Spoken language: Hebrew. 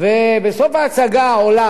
בסוף ההצגה עולה,